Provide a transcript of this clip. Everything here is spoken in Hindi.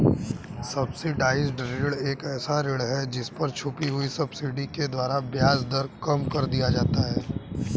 सब्सिडाइज्ड ऋण एक ऐसा ऋण है जिस पर छुपी हुई सब्सिडी के द्वारा ब्याज दर कम कर दिया जाता है